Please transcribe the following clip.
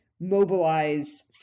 mobilize